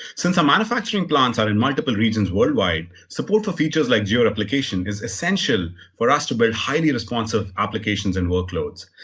since our manufacturing plants are in multiple regions worldwide, support for features like geo-replication is essential for us to build highly responsive applications and workloads.